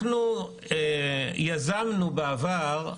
אנחנו יזמנו בעבר,